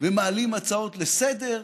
ומעלים הצעות לסדר-היום.